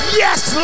yes